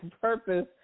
purpose